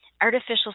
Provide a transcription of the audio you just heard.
artificial